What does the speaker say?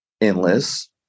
endless